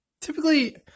typically